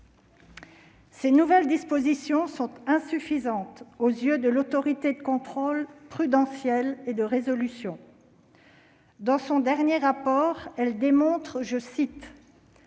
Ces nouvelles dispositions sont insuffisantes aux yeux de l'Autorité de contrôle prudentiel et de résolution. Dans son dernier rapport, elle démontre que,